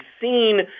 seen